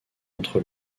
entre